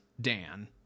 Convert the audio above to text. Dan